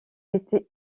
été